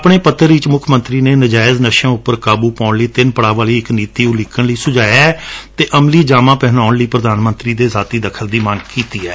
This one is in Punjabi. ਆਪਣੇ ਪੱਤਰ ਵਿਚ ਮੁੱਖ ਮੰਤਰੀ ਨੇ ਨਜਾਇਜ਼ ਨਸ਼ਿਆਂ ਉਪਰ ਕਾਬੁ ਪਾਉਣ ਲਈ ਤਿੰਨ ਪੜਾਅ ਵਾਲੀ ਇਕ ਨੀਤੀ ਉਲੀਕਣ ਲਈ ਸੁਝਾਇਐ ਅਤੇ ਅਮਲੀ ਜਾਮਾ ਪਹਿਨਾਉਣ ਲਈ ਪ੍ਰਧਾਨ ਮੰਤਰੀ ਦੇ ਜ਼ਾਅਤੀ ਦਖਲ ਦੀ ਮੰਗ ਕੀਤੀ ਏ